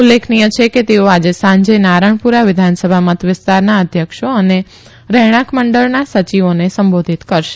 ઉલ્લેખનીય છે કે તેઓ આજે સાંજે નારણપુરા વિધાનસભા મત વિસ્તારના અધ્યક્ષો અને રહેણાંક મંડળના સચિવોને સંબોધિત કરશે